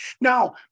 Now